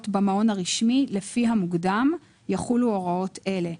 במעון הרשמי לפי המוקדם יחולו הוראות אלה'.